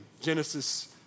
Genesis